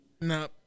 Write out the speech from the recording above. No